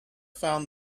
found